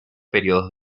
períodos